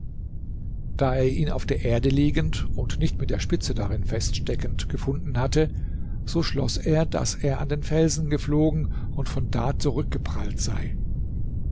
da er ihn auf der erde liegend und nicht mit der spitze darin feststeckend gefunden hatte so schloß er daß er an den felsen geflogen und von da zurückgeprallt sei